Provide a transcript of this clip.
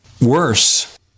Worse